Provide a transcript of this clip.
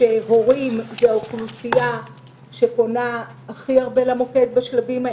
שהורים זה אוכלוסייה שפונה הכי הרבה למוקד בשלבים האלה.